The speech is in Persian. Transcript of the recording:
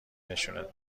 نشونت